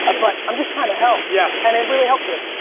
ah but i'm just trying to help. yeah. and it really helped you. you.